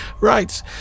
Right